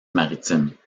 maritimes